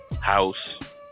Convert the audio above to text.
house